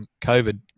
Covid